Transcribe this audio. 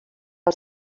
els